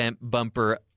bumper